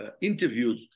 interviewed